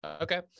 Okay